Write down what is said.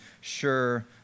sure